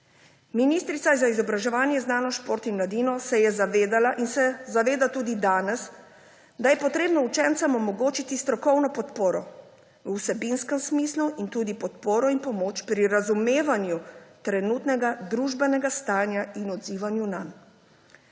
Ministrica za izobraževanje, znanost in šport se je zavedala in se zaveda tudi danes, da je potrebno učencem omogočiti strokovno podporo v vsebinskem smislu in tudi podporo in pomoč pri razumevanju trenutnega družbenega stanja in odzivanju nanj.